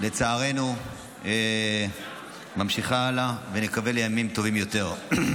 לצערנו ממשיכה הלאה, ונקווה לימים טובים יותר.